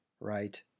right